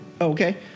Okay